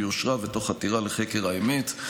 ביושרה ותוך חתירה לחקר האמת,